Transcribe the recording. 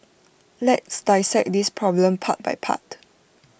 let's dissect this problem part by part